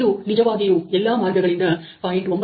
ಇದು ನಿಜವಾಗಿಯೂ ಎಲ್ಲ ಮಾರ್ಗಗಳಿಂದ 0